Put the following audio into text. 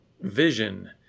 vision